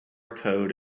code